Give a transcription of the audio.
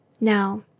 Now